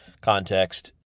context